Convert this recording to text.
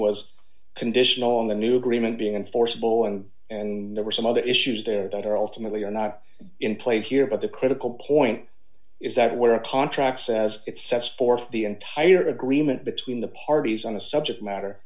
was conditional on the new agreement being enforceable and and there were some other issues there that are ultimately are not in play here but the critical point is that where a contract says it sets forth the entire agreement between the parties on the subject matter